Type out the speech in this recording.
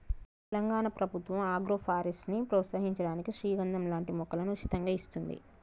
తెలంగాణ ప్రభుత్వం ఆగ్రోఫారెస్ట్ ని ప్రోత్సహించడానికి శ్రీగంధం లాంటి మొక్కలను ఉచితంగా ఇస్తోంది